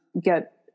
get